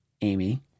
amy